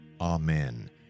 Amen